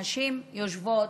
הנשים יושבות,